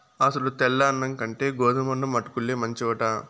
అసలు తెల్ల అన్నం కంటే గోధుమన్నం అటుకుల్లే మంచివట